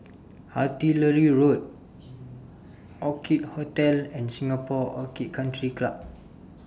Artillery Road Orchid Hotel and Singapore Orchid Country Club